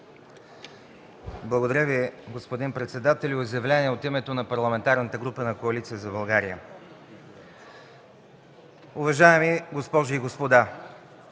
Благодаря, господин председателю. Изявление от името на Парламентарната група на Коалиция за България Уважаеми госпожи и господа,